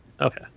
Okay